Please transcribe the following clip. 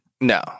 No